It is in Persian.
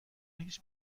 هیچ